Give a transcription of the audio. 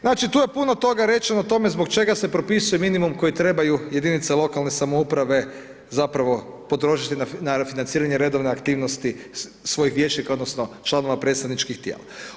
Znači, tu je puno toga rečeno o tome zbog čega se propisuje minimum koji trebaju jedinice lokalne samouprave zapravo potrošiti na financiranje redovne aktivnosti svojih vijećnika odnosno članova predstavničkih tijela.